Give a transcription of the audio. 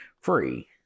free